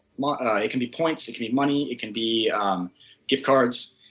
um ah it can be points, it can be money, it can be gift cards.